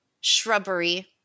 shrubbery